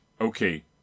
okay